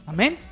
Amen